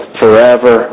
forever